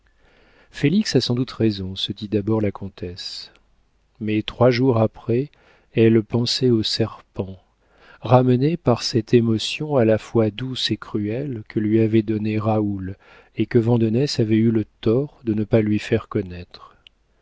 félix a sans doute raison se dit d'abord la comtesse mais trois jours après elle pensait au serpent ramenée par cette émotion à la fois douce et cruelle que lui avait donnée raoul et que vandenesse avait eu le tort de ne pas lui faire connaître